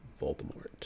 Voldemort